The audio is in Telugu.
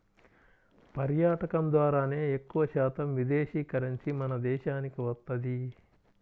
పర్యాటకం ద్వారానే ఎక్కువశాతం విదేశీ కరెన్సీ మన దేశానికి వత్తది